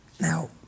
Now